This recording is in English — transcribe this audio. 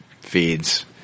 feeds